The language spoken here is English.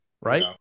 right